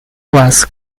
once